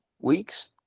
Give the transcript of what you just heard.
weeks